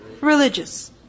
Religious